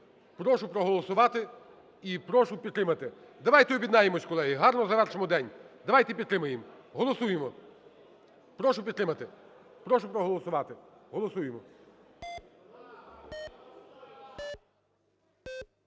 Прошу проголосувати і прошу підтримати. Давайте об'єднаємося, колеги, гарно завершимо день. Давайте підтримаємо, голосуємо. Прошу підтримати, прошу проголосувати, голосуємо.